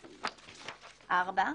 (4)